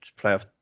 playoff